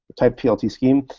typed plt scheme,